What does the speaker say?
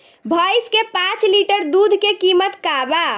भईस के पांच लीटर दुध के कीमत का बा?